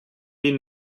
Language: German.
die